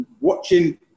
Watching